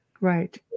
Right